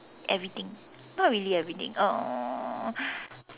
everything not really everything uh